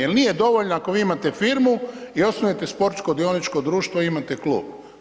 Jer nije dovoljno ako vi imate firmu i osnujete sportsko dioničko društvo i imate klub.